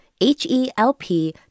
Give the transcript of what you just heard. H-E-L-P